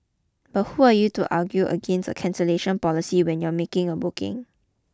but who are you to argue against a cancellation policy when you are making a booking